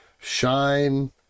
Shine